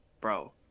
Bro